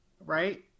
right